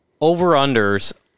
over-unders